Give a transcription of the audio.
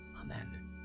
Amen